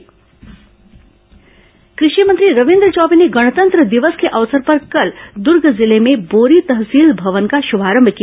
कषि मंत्री शभारंभ कृषि मंत्री रविन्द्र चौबे ने गणतंत्र दिवस के अवसर पर कल दुर्ग जिले में बोरी तहसील भवन का शुभारंभ किया